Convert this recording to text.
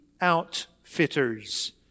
outfitters